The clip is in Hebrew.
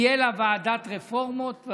תהיה לה ועדת רפורמות,